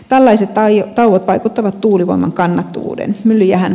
tällaiset tauot vaikuttavat tuulivoiman kannattavuuteen